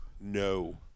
No